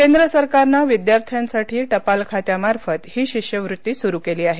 केंद्र सरकारने विद्यार्थ्यांसाठी टपाल खात्यामार्फत ही शिष्यवृत्ती सुरू केली आहे